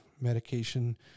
medication